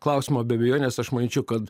klausimą be abejonės aš manyčiau kad